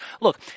Look